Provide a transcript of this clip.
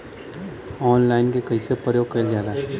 Online के कइसे प्रयोग कइल जाला?